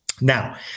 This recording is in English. Now